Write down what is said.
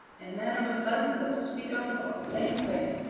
and then of a sudden we'll speak up about the same thing.